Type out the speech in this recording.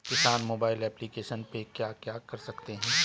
किसान mobile application पे क्या क्या कर सकते हैं?